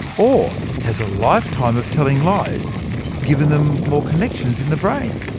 or has a lifetime of telling lies given them more connections in the brain?